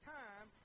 time